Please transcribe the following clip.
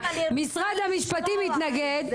משרד המשפטים התנגד.